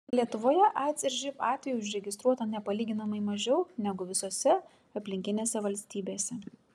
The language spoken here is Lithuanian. lietuvoje aids ir živ atvejų užregistruota nepalyginamai mažiau negu visose aplinkinėse valstybėse